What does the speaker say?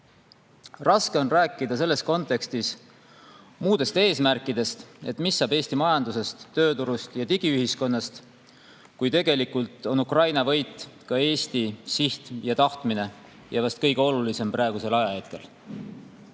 Raske on rääkida selles kontekstis muudest eesmärkidest, mis saab Eesti majandusest, tööturust ja digiühiskonnast, kui tegelikult on Ukraina võit ka Eesti siht ja tahtmine. [See on] vast kõige olulisem praegusel ajahetkel.